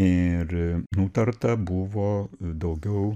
ir nutarta buvo daugiau